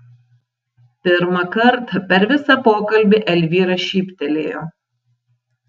pirmą kartą per visą pokalbį elvyra šyptelėjo